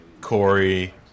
Corey